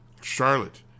Charlotte